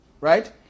right